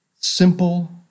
simple